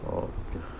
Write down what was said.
اور کیا